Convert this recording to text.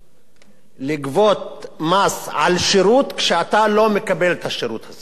לגבות מס על שירות כשאתה לא מקבל את השירות הזה.